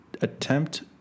attempt